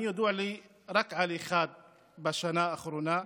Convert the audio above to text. ידוע לי רק על אחד בשנה האחרונה,